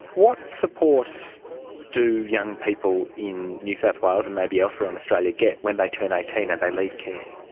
what support do young people in new south wales and maybe elsewhere in australia get when they turn eighteen and they leave care?